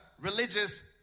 religious